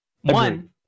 One